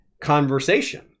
conversation